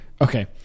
Okay